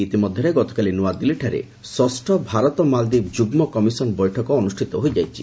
ଇତିମଧ୍ୟରେ ଗତକାଲି ନୂଆଦିଲ୍ଲୀଠାରେ ଷଷ୍ଠ ଭାରତ ମାଲଦୀପ ଯୁଗ୍ମ କମିଶନ ବୈଠକ ଅନୁଷ୍ଠିତ ହୋଇଯାଇଛି